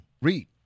Read